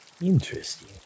interesting